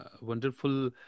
wonderful